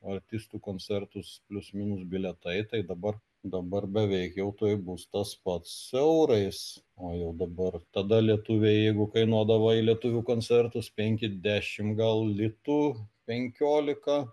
artistų koncertus plius minus bilietai tai dabar dabar beveik jau tuoj bus tas pats eurais o jau dabar tada lietuviai jeigu kainuodavo į lietuvių koncertus penki dešim gal litų penkiolika